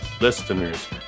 listeners